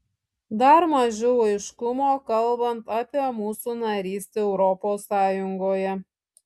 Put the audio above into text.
dar mažiau aiškumo kalbant apie mūsų narystę europos sąjungoje